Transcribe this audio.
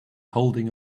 holding